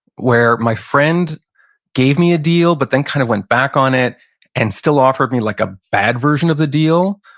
where my friend gave me a deal, but then kind of went back on it and still offered me like a bad version of the deal,